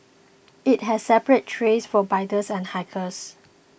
it has separate trails for bikers and hikers